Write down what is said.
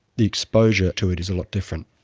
the exposure to it is a lot different.